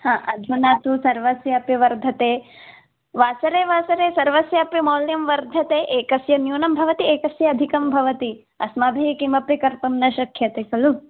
हा अधुना तु सर्वस्यापि वर्धते वासरे वासरे सर्वस्यापि मौल्यं वर्धते एकस्य न्यूनं भवति एकस्य अधिकं भवति अस्माभिः किमपि कर्तुं न शक्यते खलु